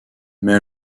mais